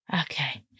okay